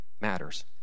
matters